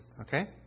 Okay